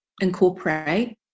incorporate